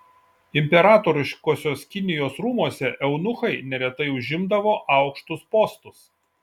imperatoriškosios kinijos rūmuose eunuchai neretai užimdavo aukštus postus